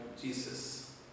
Jesus